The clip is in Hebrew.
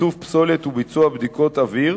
איסוף פסולת וביצוע בדיקות אוויר,